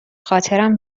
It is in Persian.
خاطرم